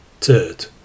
third